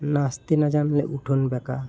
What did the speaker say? নাচতে না জানলে উঠোন বাঁকা